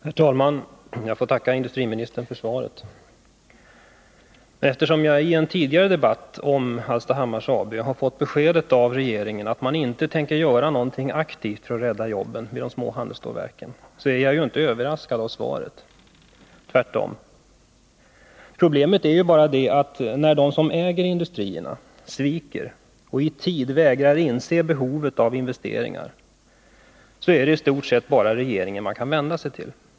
Herr talman! Jag får tacka industriministern för svaret. Eftersom jag i en tidigare debatt om Hallstahammars AB har fått beskedet av regeringen att man inte tänker göra någonting aktivt för att rädda jobben vid de små handelsstålverken, är jag inte överraskad av svaret — tvärtom. Problemet är bara det, att när ni som äger industrierna sviker och i tid vägrar inse behovet av investeringar, är det i stort sett bara till regeringen som man kan vända sig.